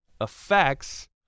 affects